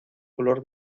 color